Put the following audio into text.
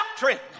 doctrine